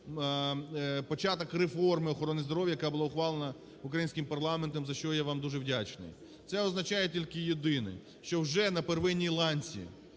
початок реформи охорони здоров'я, яка була ухвалена українським парламентом, за що я вам дуже вдячний. Це означає тільки єдине, що вже на первинній ланці,